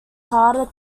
harder